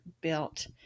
built